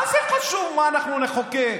מה זה חשוב מה אנחנו נחוקק?